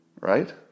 right